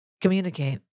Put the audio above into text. Communicate